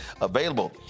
available